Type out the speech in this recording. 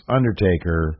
Undertaker